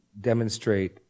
demonstrate